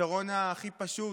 הפתרון הכי פשוט,